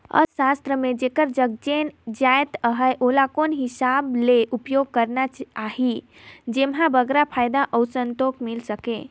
अर्थसास्त्र म जेकर जग जेन जाएत अहे ओला कोन हिसाब ले उपयोग करना अहे जेम्हो बगरा फयदा अउ संतोक मिल सके